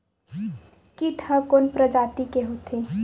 कीट ह कोन प्रजाति के होथे?